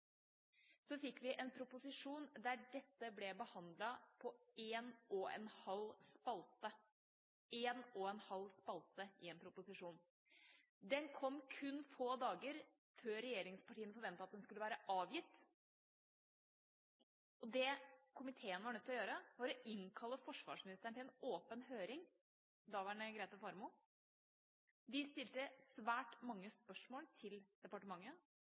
fikk vi en proposisjon der dette ble behandlet på en og en halv spalte – en og en halv spalte i en proposisjon. Den kom kun få dager før regjeringspartiene forventet at innstillinga skulle være avgitt. Det komiteen ble nødt til å gjøre, var å innkalle daværende forsvarsminister Grete Faremo til en åpen høring. Vi stilte svært mange spørsmål til departementet,